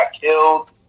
killed